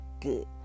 good